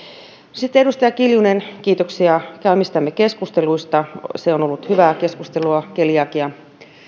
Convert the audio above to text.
edustaja kiljunen kiitoksia käymistämme keskusteluista on ollut hyvää keskustelua keliakiasta